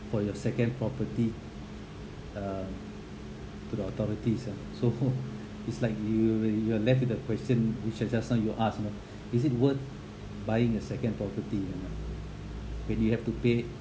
for your second property um to the authorities uh so it's like you you are left with the question which uh just now you ask you know is it worth buying a second property you know when you have to pay